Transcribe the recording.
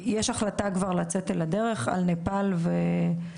יש החלטה כבר לצאת אל הדרך על נפאל ו-וייטנאם,